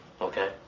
okay